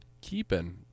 keeping